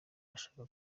arashaka